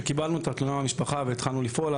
אז כשקיבלנו את התלונה מהמשפחה והתחלנו לפעול,